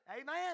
Amen